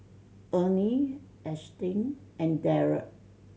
Ernie Ashtyn and Darrel